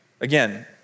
Again